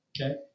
Okay